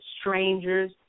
strangers